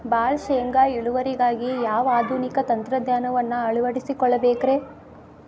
ಭಾಳ ಶೇಂಗಾ ಇಳುವರಿಗಾಗಿ ಯಾವ ಆಧುನಿಕ ತಂತ್ರಜ್ಞಾನವನ್ನ ಅಳವಡಿಸಿಕೊಳ್ಳಬೇಕರೇ?